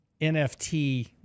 NFT